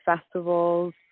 festivals